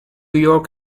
york